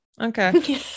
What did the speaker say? okay